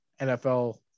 nfl